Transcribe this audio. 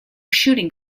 shooting